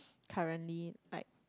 currently like